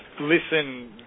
listen